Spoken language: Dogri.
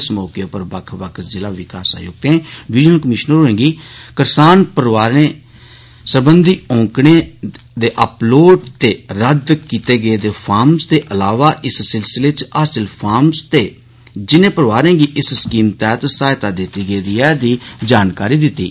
इस मौके उप्पर बक्ख बक्ख जिला विकास आयुक्तें डिविजनल कमिशनर होरें गी करसान परौआरें सरबंघी औकड़े अपलोड ते रद्द कीते गेदे फार्म्स दे अलावा इस सिलसिले इच हासिल फार्म्स ते जिन्ने परौआरें गी इस स्कीम तैहत सहायता दित्ती गेदी ऐ दी जानकारी दित्ती गेई